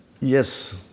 yes